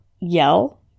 yell